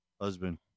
husband